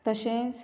तशेंच